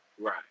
Right